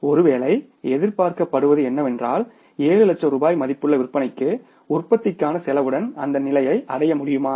ஒருவேலை எதிர்பார்க்கப்படுவது என்னவென்றால் 7 லட்சம் ரூபாய் மதிப்புள்ள விற்பனைக்கு உற்பத்திக்கான செலவுடன் அந்த நிலையை அடைய முடியுமா